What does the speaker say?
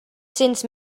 cents